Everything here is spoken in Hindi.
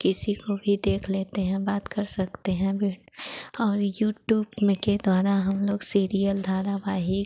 किसी को भी देख लेते हैं बात कर सकते हैं बिड और यूटूब में के द्वारा हम लोग सीरियल धारावाहिक